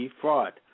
Fraud